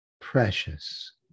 precious